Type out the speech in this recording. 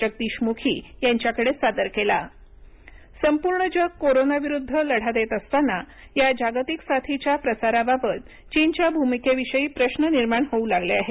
जगदीश मुखी यांच्याकडे सादर केला चीन संपूर्ण जग कोरोना विरुद्ध लढा देत असताना या जागतिक साथीच्या प्रसाराबाबत चीनच्या भूमिकेविषयी प्रश्न निर्माण होऊ लागले आहेत